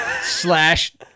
slash